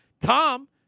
Tom